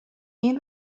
این